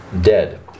Dead